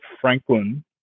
Franklin